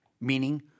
meaning